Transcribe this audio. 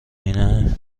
اینه